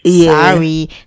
sorry